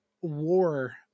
war